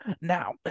Now